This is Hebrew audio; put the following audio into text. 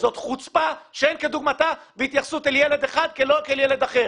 חוצפה שאין כדוגמתה בהתייחסות לילד אחד שונה מילד אחר.